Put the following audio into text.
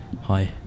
hi